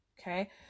Okay